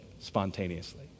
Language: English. spontaneously